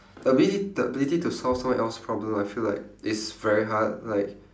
the abili~ the ability to solve someone else's problem I feel like is very hard like